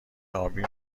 ابی